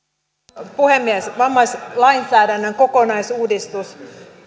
arvoisa puhemies vammaislainsäädännön kokonaisuudistus